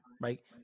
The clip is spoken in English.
right